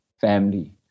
family